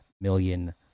million